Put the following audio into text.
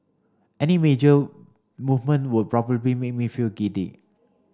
any major movement would probably make me feel giddy